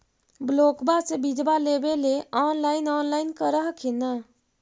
ब्लोक्बा से बिजबा लेबेले ऑनलाइन ऑनलाईन कर हखिन न?